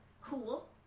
cool